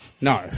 No